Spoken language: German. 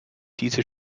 diese